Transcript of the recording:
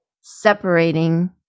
separating